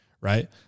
Right